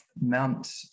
Mount